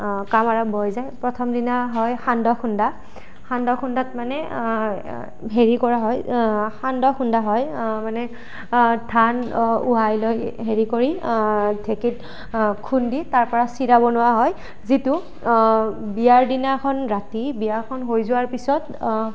কাম আৰম্ভ হৈ যায় প্ৰথম দিনা হয় সান্দহ খুন্দা সান্দহ খুন্দাত মানে হেৰি কৰা হয় সান্দহ খুন্দা হয় মানে ধান ওহাই লৈ হেৰি কৰি ঢেঁকীত খুন্দি তাৰপৰা চিৰা বনোৱা হয় যিটো বিয়াৰ দিনাখন ৰাতি বিয়াখন হৈ যোৱাৰ পিছত